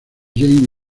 jaime